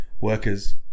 workers